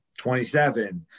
27